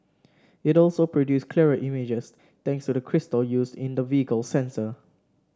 it also produce clearer images thanks to the crystal used in the vehicle's sensor